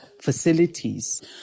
facilities